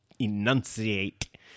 Enunciate